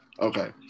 Okay